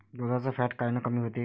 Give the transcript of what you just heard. दुधाचं फॅट कायनं कमी होते?